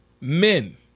men